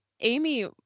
Amy